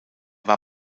war